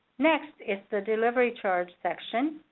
next is the delivery charge section.